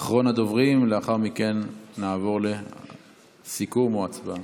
אחרון הדוברים, ולאחר מכן נעבור לסיכום או הצבעה.